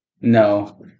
No